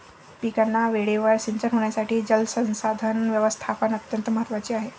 पिकांना वेळेवर सिंचन होण्यासाठी जलसंसाधन व्यवस्थापन अत्यंत महत्त्वाचे आहे